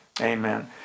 Amen